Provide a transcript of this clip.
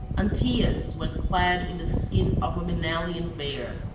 antaeus went clad in the skin of a maenalian bear,